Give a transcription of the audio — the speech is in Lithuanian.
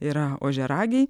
yra ožiaragiai